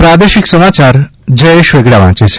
પ્રાદેશિક સમાચાર જયેશ વેગડા વાંચે છે